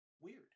weird